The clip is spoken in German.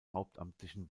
hauptamtlichen